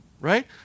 right